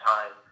Time